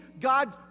God